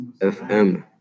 FM